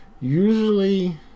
usually